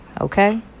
Okay